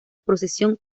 procesión